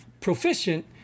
proficient